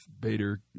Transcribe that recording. Bader